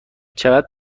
چقدر